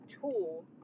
tool